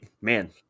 man